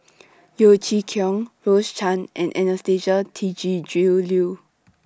Yeo Chee Kiong Rose Chan and Anastasia Tjendri Liew